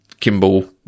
Kimball